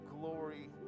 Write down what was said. glory